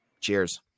cheers